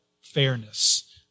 fairness